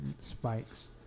spikes